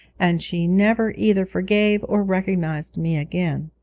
and she never either forgave or recognised me again.